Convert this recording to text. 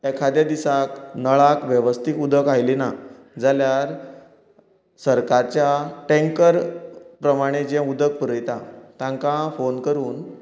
एखादे दिसाक नळाक वेवस्थीत उदक आयलें ना जाल्यार सरकाच्या टेंकर प्रमाणें जें उदक पुरयता तांकां फोन करून